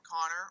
Connor